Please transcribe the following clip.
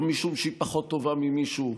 לא משום שהיא פחות טובה ממישהו,